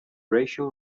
racial